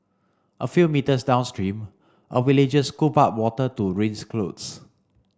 a few metres downstream a villager scooped up water to rinse clothes